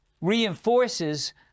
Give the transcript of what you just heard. reinforces